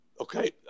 Okay